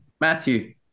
Matthew